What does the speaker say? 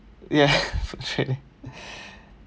ya for trade